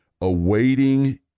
awaiting